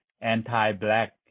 anti-Black